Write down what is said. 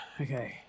Okay